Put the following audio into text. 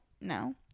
No